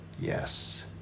Yes